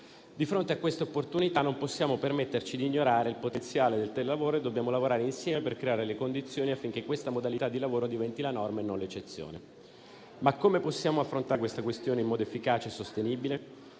Di fronte a questa opportunità non possiamo permetterci di ignorare il potenziale del telelavoro e dobbiamo lavorare insieme per creare le condizioni affinché questa modalità di lavoro diventi la norma e non l'eccezione. Ma come possiamo affrontare queste questioni in modo efficace e sostenibile?